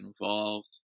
involved